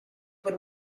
por